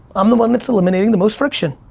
i'm the one that's eliminating the most friction.